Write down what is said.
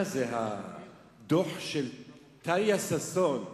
מה זה הדוח של טליה ששון?